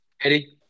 Eddie